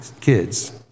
kids